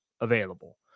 available